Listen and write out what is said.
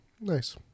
Nice